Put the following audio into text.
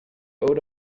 odor